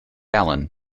allen